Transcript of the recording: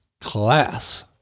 class